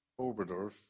Oberdorf